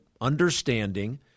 understanding